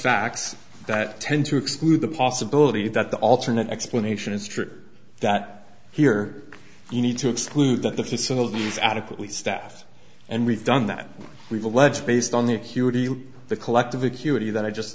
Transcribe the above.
facts that tend to exclude the possibility that the alternate explanation is true that here we need to exclude the facilities adequately staff and we've done that we've alleged based on the acuity the collective acuity that i just